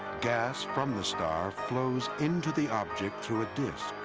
gas from the star flows into the object through a disk,